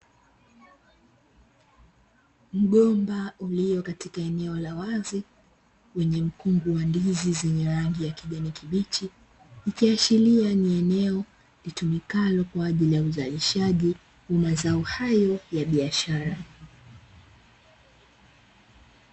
Mgomba uliokatika eneo la wazi, wenye mkungu wa ndizi zenye rangi ya kijani kibichi, ikiashiria ni eneo litumikalo kwa ajili ya uzalishaji wa mazao hayo ya biashara.